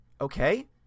Okay